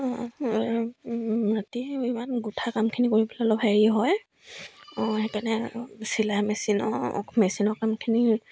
ৰাতি ইমান গোঠা কামখিনি কৰি পেলাই অলপ হেৰি হয় অঁ সেইকাৰণে চিলাই মেচিনৰ মেচিনৰ কামখিনি